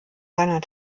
seiner